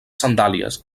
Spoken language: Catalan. sandàlies